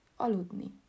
Aludni